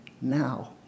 Now